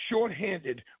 shorthanded